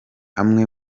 amwe